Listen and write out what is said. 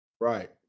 Right